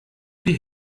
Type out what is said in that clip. die